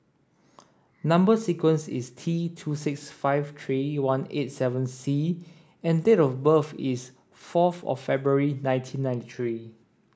number sequence is T two six five three one eight seven C and date of birth is fourth of February nineteen ninety three